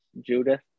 Judith